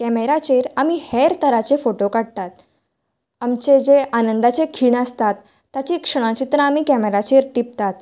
कॅमेराचेर आमी कितले तरेचे फोटो काडटात आमचे जे आनंदाचे खीण आसतात ताचे क्षण चित्रा आमी कॅमेराचेर टिपतात